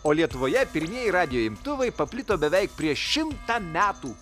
o lietuvoje pirmieji radijo imtuvai paplito beveik prieš šimtą metų